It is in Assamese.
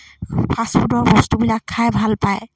ফাষ্টফুডৰ বস্তুবিলাক খাই ভাল পায়